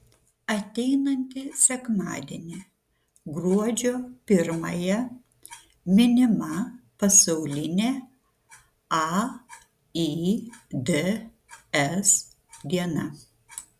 ateinantį sekmadienį gruodžio pirmąją minima pasaulinė aids diena